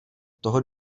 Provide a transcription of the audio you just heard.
toho